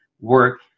work